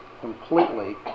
completely